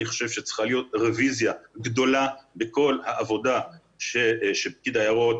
אני חושב שצריכה להיות רוויזיה גדולה בכל העבודה של פקיד היערות.